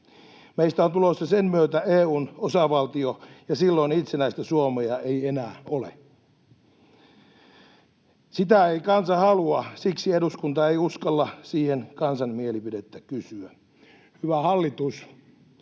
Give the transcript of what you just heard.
Meistä on tulossa sen myötä EU:n osavaltio, ja silloin itsenäistä Suomea ei enää ole. Sitä ei kansa halua. Siksi eduskunta ei uskalla siihen kansan mielipidettä kysyä. Hyvä hallitus,